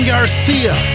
Garcia